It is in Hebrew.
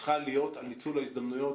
צריכה להיות על ניצול ההזדמנויות,